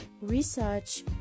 Research